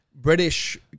British